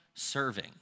serving